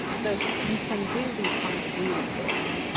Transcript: so, you can do these kinds of ruling grids,